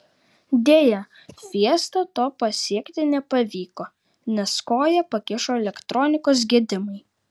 deja fiesta to pasiekti nepavyko nes koją pakišo elektronikos gedimai